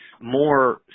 more